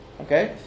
Okay